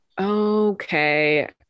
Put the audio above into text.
Okay